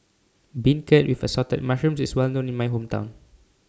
Beancurd with Assorted Mushrooms IS Well known in My Hometown